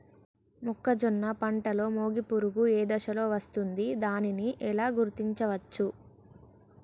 మొక్కజొన్న పంటలో మొగి పురుగు ఏ దశలో వస్తుంది? దానిని ఎలా గుర్తించవచ్చు?